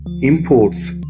Imports